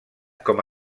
com